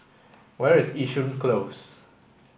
where is Yishun Close